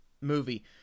movie